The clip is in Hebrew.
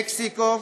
מקסיקו,